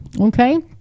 okay